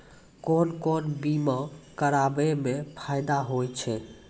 कोन कोन बीमा कराबै मे फायदा होय होय छै?